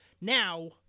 Now